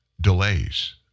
delays